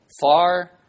Far